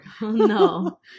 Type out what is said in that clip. No